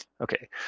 Okay